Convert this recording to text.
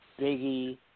Biggie